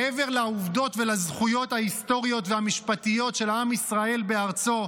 מעבר לעובדות ולזכויות ההיסטוריות והמשפטיות של עם ישראל בארצו,